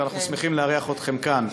אנחנו שמחים לארח אתכם כאן.